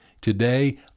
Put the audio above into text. Today